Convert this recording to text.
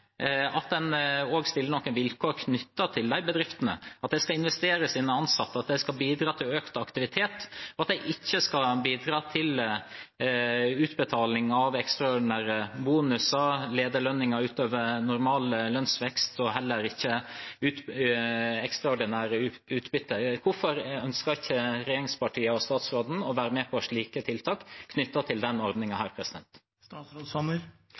at en også stiller noen vilkår knyttet til de bedriftene, at de skal investere i sine ansatte, at de skal bidra til økt aktivitet, og at de ikke skal bidra til utbetaling av ekstraordinære bonuser, lederlønninger utover normal lønnsvekst og heller ikke ekstraordinære utbytter. Hvorfor ønsker ikke regjeringspartiene og statsråden å være med på slike tiltak knyttet til denne ordningen? Vi er alle enige om at i den